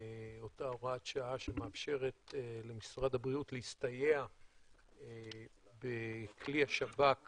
אותה הוראת שעה שמאפשרת למשרד הבריאות להסתייע בכלי השב"כ